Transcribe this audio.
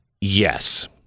Yes